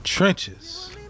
Trenches